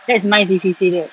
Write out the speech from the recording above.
that is nice if he said that